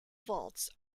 vaults